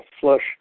flush